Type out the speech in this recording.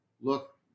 look